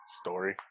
story